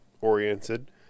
oriented